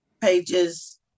pages